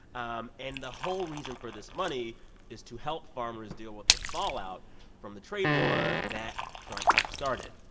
um and the whole reason for this money is to help farmers deal with the fallout from the trade war that trump started.